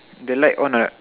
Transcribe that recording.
the light one ah